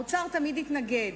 האוצר תמיד התנגד.